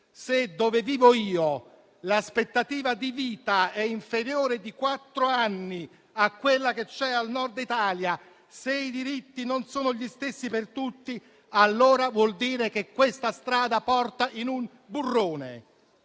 se dove vivo io l'aspettativa di vita è inferiore di quattro anni rispetto a quella nel Nord Italia? Se i diritti non sono gli stessi per tutti, allora vuol dire che questa strada porta verso un burrone.